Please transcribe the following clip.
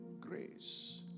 Grace